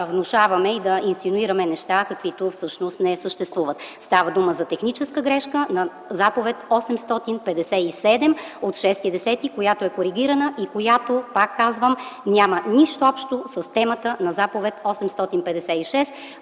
внушаваме и да инсценираме неща, които всъщност не съществуват. Става дума за техническа грешка на заповед № 857 от 06.10.2009 г., която е коригирана и която пак казвам, няма нищо общо с темата на заповед № 856